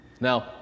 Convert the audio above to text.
now